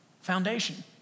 Foundation